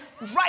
right